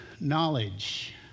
knowledge